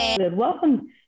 welcome